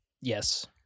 yes